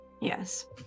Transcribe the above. Yes